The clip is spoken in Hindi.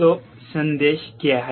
तो संदेश क्या है